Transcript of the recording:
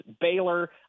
Baylor